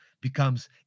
becomes